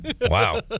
wow